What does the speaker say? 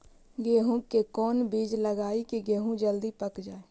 गेंहू के कोन बिज लगाई कि गेहूं जल्दी पक जाए?